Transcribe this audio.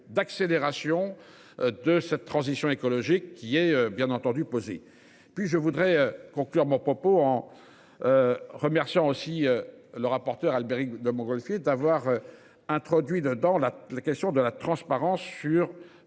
d'accélération de cette transition écologique qui est bien entendu poser puis je voudrais conclure mon propos en. Remercions aussi le rapporteur Albéric de Montgolfier d'avoir introduit dedans la la question de la transparence sur